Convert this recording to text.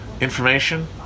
Information